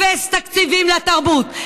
אפס תקציבים לתרבות.